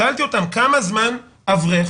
שאלתי אותם כמה זמן אברך